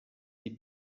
die